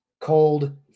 cold